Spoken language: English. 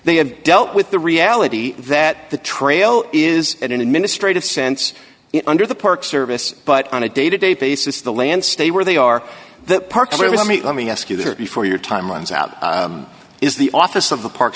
have dealt with the reality that the trail is in an administrative sense under the park service but on a day to day basis the land stay where they are that park really i mean let me ask you that before your time runs out is the office of the park